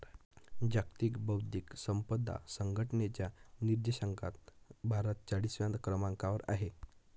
जागतिक बौद्धिक संपदा संघटनेच्या निर्देशांकात भारत चाळीसव्या क्रमांकावर आहे